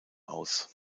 aus